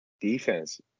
defense